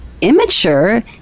immature